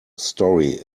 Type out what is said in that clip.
story